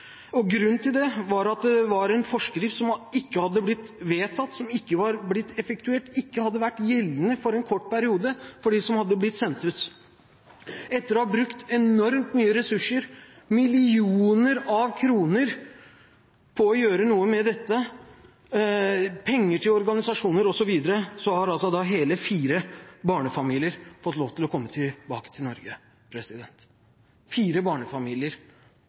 Grunnen til det var at det var en forskrift som ikke hadde blitt vedtatt, som ikke hadde blitt effektuert, som ikke hadde vært gjeldende for en kort periode for dem som hadde blitt sendt ut. Etter at man har brukt enormt mye ressurser, millioner av kroner på å gjøre noe med dette, penger til organisasjoner osv., har hele fire barnefamilier fått lov til å komme tilbake til Norge – fire barnefamilier,